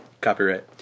Copyright